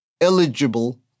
eligible